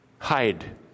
Hide